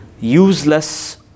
useless